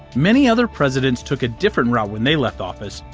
many other presidents took a different route when they left office,